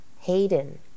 Hayden